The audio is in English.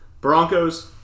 Broncos